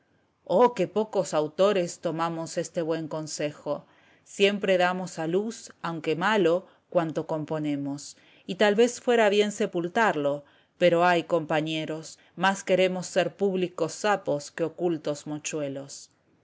oh qué pocos autores tomamos este buen consejo siempre damos a luz aunque malo cuanto componemos y tal vez fuera bien sepultarlo pero ay compañeros más queremos ser públicos sapos que ocultos mochuelos